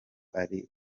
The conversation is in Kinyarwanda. ari